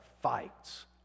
fights